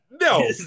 No